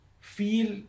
feel